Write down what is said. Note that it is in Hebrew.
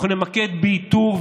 אנחנו נתמקד באיתור,